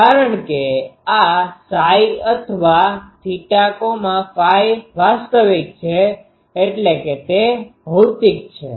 કારણ કે આ Ψ અથવા θΦ વાસ્તવિક છે એટલે કે તે ભૌતિક છે